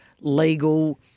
legal